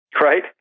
Right